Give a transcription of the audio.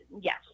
Yes